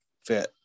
fit